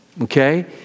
okay